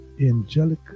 angelic